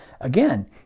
again